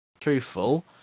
Truthful